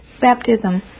baptism